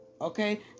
okay